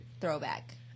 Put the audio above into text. throwback